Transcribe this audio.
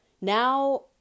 now